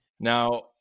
Now